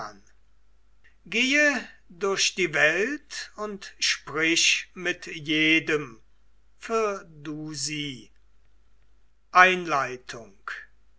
gehe durch die welt und sprich mit jedem firdus einleitung